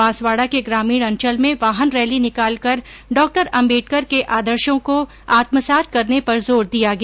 बांसवाड़ा के ग्रामीण अंचल में वाहन रैली निकाल कर डॉ अम्बेडकर के आदर्शो को आत्मसात करने पर जोर दिया गया